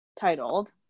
titled